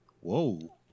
Whoa